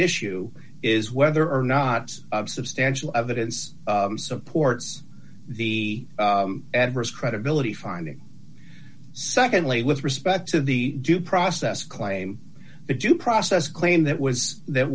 issue is whether or not substantial evidence supports the adverse credibility finding secondly with respect to the due process claim the due process claim that was that